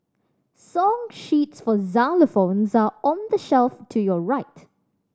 song sheets for xylophones are on the shelf to your right